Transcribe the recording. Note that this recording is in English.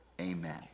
amen